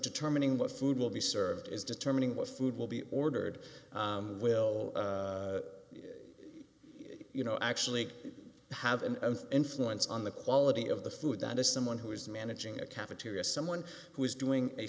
determining what food will be served is determining what food will be ordered will you know i actually have an influence on the quality of the food that is someone who is managing a cafeteria someone who is doing a